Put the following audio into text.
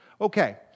Okay